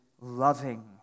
loving